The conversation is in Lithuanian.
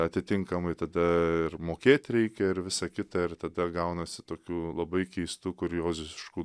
atitinkamai tada ir mokėt reikia ir visa kita ir tada gaunasi tokių labai keistų kurioziškų